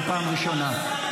אני קורא אותך לסדר פעם ראשונה.